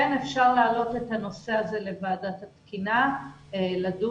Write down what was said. כן אפשר להעלות את הנושא הזה לוועדת התקינה לדון,